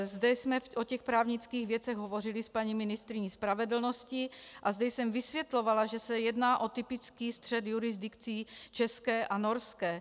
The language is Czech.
Zde jsme o těch právnických věcech hovořili s paní ministryní spravedlnosti a zde jsem vysvětlovala, že se jedná o typický střet jurisdikcí české a norské.